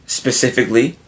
specifically